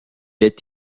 est